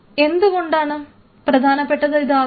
എന്തുകൊണ്ടാണ് പ്രധാനപ്പെട്ടത് ആകുന്നത്